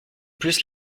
plus